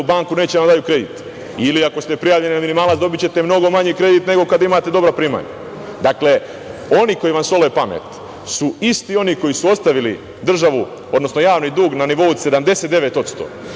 banku neće da vam daju kredit ili ako ste prijavljeni na minimalac dobićete mnogo manje kredit nego kad imate dobra primanja. Dakle, oni koji vam sole pamet su isti oni koji su ostavili državu, odnosno javni dug na nivou od 79%